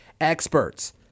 experts